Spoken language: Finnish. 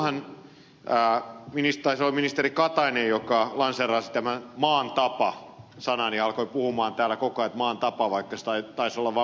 silloinhan taisi olla ministeri katainen joka lanseerasi tämän maan tapa sanan ja alkoi puhua täällä koko ajan että maan tapa vaikka se taisi olla vain muutaman puolueen tapa